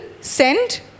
send